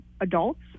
adults